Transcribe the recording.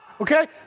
okay